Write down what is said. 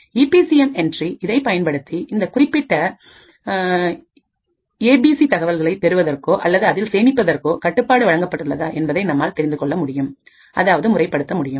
EB CM entry இதை பயன்படுத்தி இந்தக் குறிப்பிட்ட ஏ பி சி தகவல்களை பெறுவதற்கோ அல்லது அதில் சேமிப்பதற்கும் கட்டுப்பாடு வழங்கப்பட்டுள்ளதா என்பதனை நம்மால் தெரிந்து கொள்ள முடியும் அதாவது முறை படுத்த முடியும்